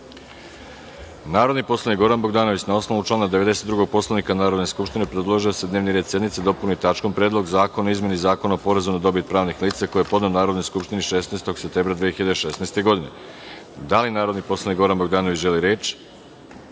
predlog. Narodni poslanik Goran Bogdanović, na ovnovu člana 92. Poslovnika Narodne skupštine, predložio je da se dnevni red sednice dopuni tačkom Predlog zakona o izmeni Zakona o porezu na dobit pravnih lica, koji je podneo Narodnoj skupštini 16. septembra 2016. godine. Da li narodni poslanik Goran Bogdanović želi reč?